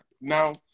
Now